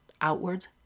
outwards